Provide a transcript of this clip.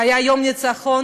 והיה יום ניצחון,